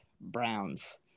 Browns